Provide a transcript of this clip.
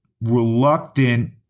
reluctant